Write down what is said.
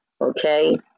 okay